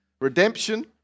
redemption